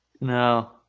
No